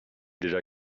déjà